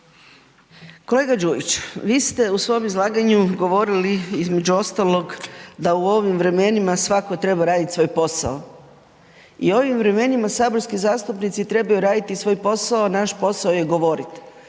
Kolega Đujić, vi ste u svom izlaganju govorili između ostalog da u ovim vremenima svatko treba radit svoj posao i u ovim vremenima saborski zastupnici trebaju radit svoj posao, a naš posao je govoriti.